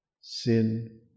Sin